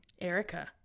erica